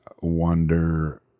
Wonder